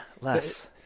less